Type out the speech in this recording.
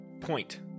point